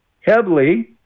heavily